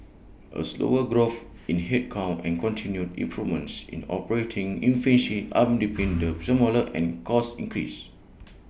A slower growth in headcount and continued improvements in operating efficiency underpinned the smaller and cost increase